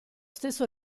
stesso